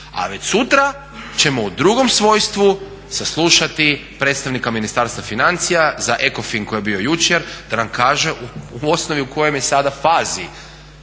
A već sutra ćemo u drugom svojstvu saslušati predstavnika ministarstva financija za ECOFIN koji je bio jučer da nam kaže u osnovi u kojoj je sada fazi